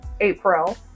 April